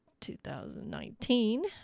2019